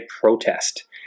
protest